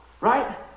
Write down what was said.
Right